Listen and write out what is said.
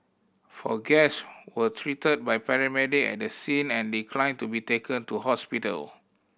four guest were treated by paramedic at the scene and declined to be taken to hospital